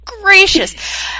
gracious